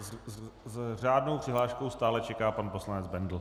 S řádnou přihláškou stále čeká pan poslanec Bendl.